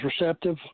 receptive